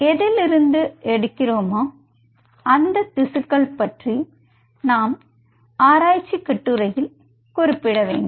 இதில் இருந்து எடுக்கிறோமோ அந்த திசுக்கள் பற்றி நாம் ஆராய்ச்சி கட்டுரையில் குறிப்பிட வேண்டும்